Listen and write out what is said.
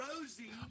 Rosie